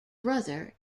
brother